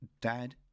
dad